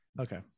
Okay